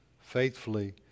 faithfully